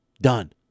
done